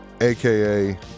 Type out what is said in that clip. AKA